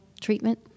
treatment